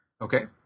Okay